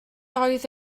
oedd